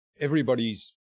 everybody's